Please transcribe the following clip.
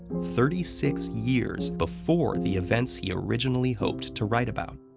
thirty six years before the events he originally hoped to write about.